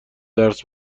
درس